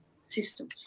system